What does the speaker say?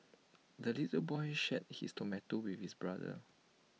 the little boy shared his tomato with his brother